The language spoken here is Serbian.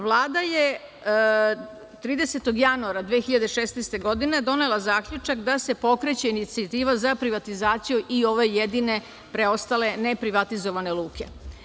Vlada je 30. januara 2016. godine donela zaključak da se pokreće inicijativa za privatizaciju i ove jedine preostale neprivatizovane luke.